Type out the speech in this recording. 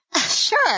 sure